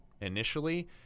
initially